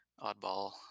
oddball